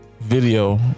video